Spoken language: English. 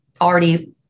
already